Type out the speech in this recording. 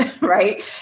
right